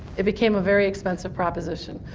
it became a very expensive proposition.